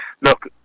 look